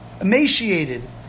emaciated